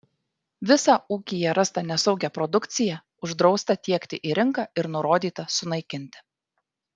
visą ūkyje rastą nesaugią produkciją uždrausta tiekti į rinką ir nurodyta sunaikinti